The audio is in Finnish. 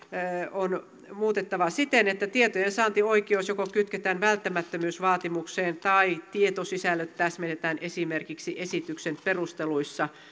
on muutettava siten että tietojensaantioikeus joko kytketään välttämättömyysvaatimukseen tai tietosisällöt täsmennetään esimerkiksi esityksen perusteluissa